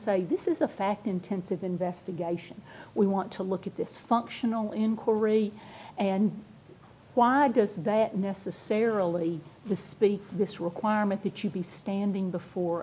say this is a fact intensive investigation we want to look at this functional inquiry and why does that necessarily with the this requirement that you be standing before